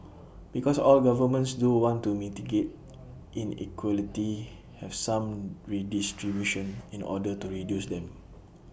because all governments do want to mitigate inequality have some redistribution in order to reduce them